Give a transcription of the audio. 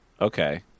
Okay